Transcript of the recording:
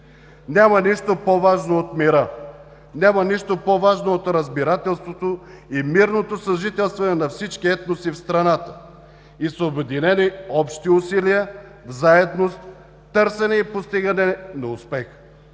Няма нищо по-важно от мира, няма нищо по-важно от разбирателството и мирното съжителстване на всички етноси в страната – с обединени общи усилия, в заедност, търсене и постигане на успех.